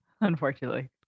unfortunately